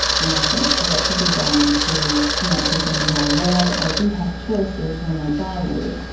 and i think a lot could be done to make consumers more aware that they do have choices when they buy wood.